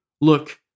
Look